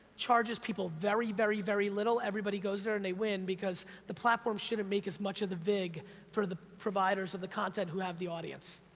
charges people very, very, very little, everybody goes there and they win because the platform shouldn't make as much of the vig for the providers of the content who have the audience.